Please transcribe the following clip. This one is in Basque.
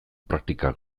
praktika